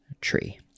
tree